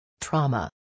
Trauma